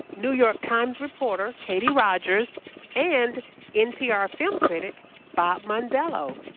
new york times reporter katie rogers and npr film critic bob mondello.